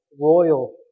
royal